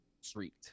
Street